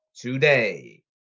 today